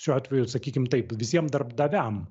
šiuo atveju sakykim taip visiem darbdaviam